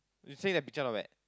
you say the picture not bad